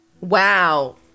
Wow